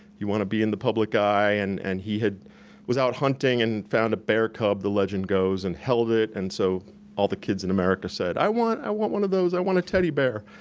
you wanna be in the public eye, and and he was out hunting and found a bear cub, the legend goes, and held it, and so all the kids in america said i want i want one of those, i want a teddy bear.